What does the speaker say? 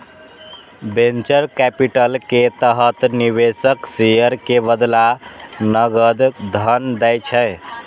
venture capital के तहत निवेशक शेयर के बदला नकद धन दै छै